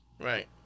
Right